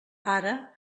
ara